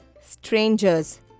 strangers